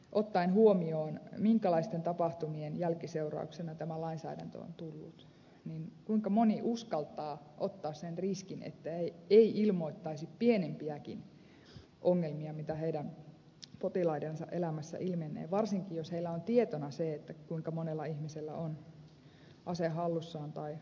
ottaen huomioon minkälaisten tapahtumien jälkiseurauksena tämä lainsäädäntö on tullut kuinka moni uskaltaa ottaa sen riskin että ei ilmoittaisi pienimpiäkin ongelmia mitä heidän potilaidensa elämässä ilmenee varsinkin jos heillä on tietona se kuinka monella ihmisellä on ase hallussaan tai ampuma aseluvat